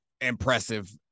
impressive